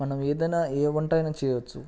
మనం ఏదైనా ఏ వంట అయినా చేయచ్చు